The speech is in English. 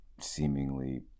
seemingly